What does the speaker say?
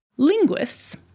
Linguists